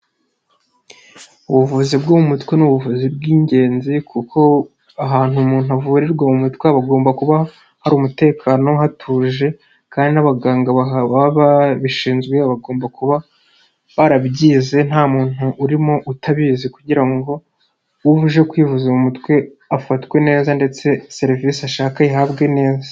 Ubuvuzi bwo mu mutwe ni ubuvuzi bw'ingenzi, kuko ahantu umuntu avurirwa mu mutwe bugomba kuba hari umutekano, hatuje kandi n'abaganga baba babishinzwe, bagomba kuba barabyize nta muntu urimo utabizi, kugira ngo uje kwivuza mu mutwe afatwe neza ndetse serivisi ashaka ayihabwe neza.